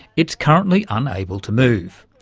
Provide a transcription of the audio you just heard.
it's currently unable to move.